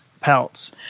pelts